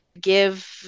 give